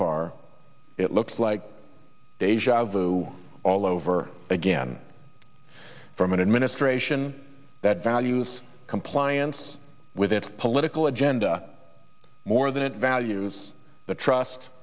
far it looks like deja vu all over again from an administration that values compliance with its political agenda more than it values the trust